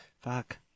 fuck